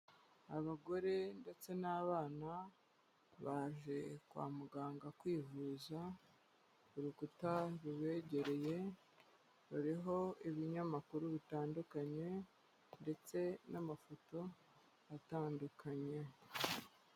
Abagore ndetse n'abana baje kwa muganga kwivuza, ku rukuta rubegereye ruriho ibinyamakuru bitandukanye ndetse n'amafoto atandukanye.